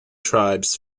tribes